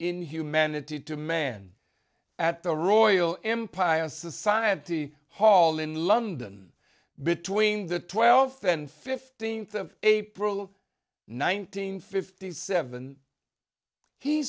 inhumanity to man at the royal empire society hall in london between the twelfth and fifteenth of april nineteenth fifty seven he